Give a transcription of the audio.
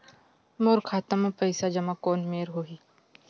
मोर खाता मा पईसा जमा कोन मेर होही?